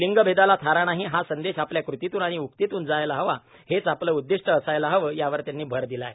लिंगभेदाला थारा नाही हा संदेश आपल्या कृतीतून आणि उक्तीतून जायला हवा हेच आपले उद्दिष्ट असायला हवे यावर त्यांनी भर दिला आहे